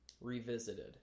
revisited